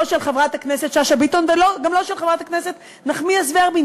לא של חברת הכנסת שאשא ביטון וגם לא של חברת הכנסת נחמיאס ורבין,